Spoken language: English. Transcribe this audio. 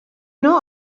know